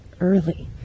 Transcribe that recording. early